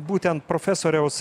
būtent profesoriaus